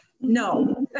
No